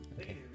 Okay